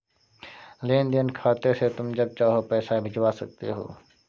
लेन देन खाते से तुम जब चाहो पैसा भिजवा सकते हो